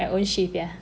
my own shift yeah